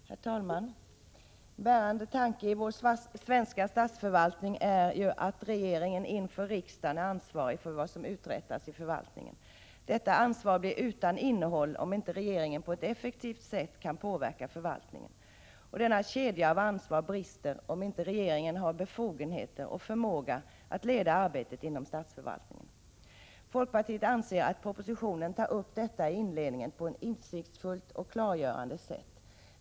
Herr talman! En bärande tanke i vår svenska statsförvaltning är att regeringen är ansvarig inför riksdagen för vad som uträttas i förvaltningen. Detta ansvar blir utan innehåll om regeringen inte kan påverka förvaltningen på ett effektivt sätt. Denna kedja av ansvar brister om regeringen inte har befogenhet och förmåga att leda arbetet inom statsförvaltningen. Folkpartiet anser att propositionen i inledningen tar upp detta på ett insiktsfullt och klargörande sätt.